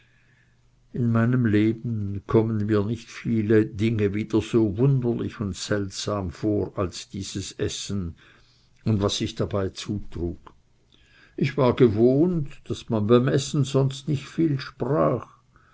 in meinem leben kommen mir nicht viele dinge wieder so wunderlich und seltsam vor als dieses essen und was sich dabei zutrug ich war gewohnt daß man beim essen sonst nicht viel sprach